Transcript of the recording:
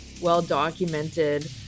well-documented